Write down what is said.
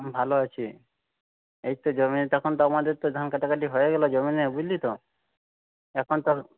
আমি ভালো আছি এইতো জমি তখন তো আমাদের তো ধান কাটা কাটি হয়ে গেলো জমিতে বুঝলি তো এখন তো